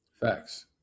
Facts